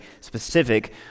specific